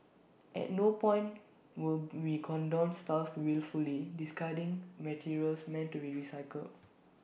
at no point would we condone staff wilfully discarding materials meant to be recycled